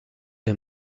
est